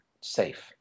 safe